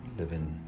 living